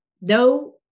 no